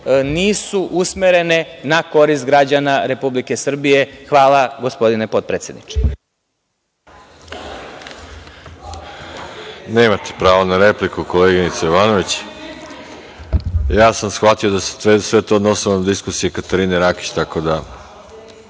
nisu usmerene na korist građana Republike Srbije. Hvala, gospodine potpredsedniče. **Veroljub Arsić** Nemate pravo na repliku, koleginice Jovanović. Ja sam shvatio da se sve to odnosilo na diskusije Katarine Rakić. Na član